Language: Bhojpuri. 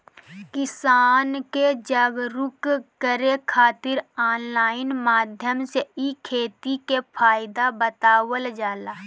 किसान के जागरुक करे खातिर ऑनलाइन माध्यम से इ खेती के फायदा बतावल जाला